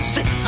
Sit